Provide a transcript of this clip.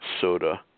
soda